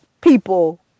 people